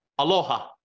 Aloha